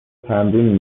تمرین